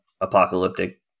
apocalyptic